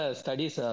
studies